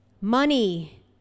money